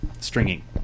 stringing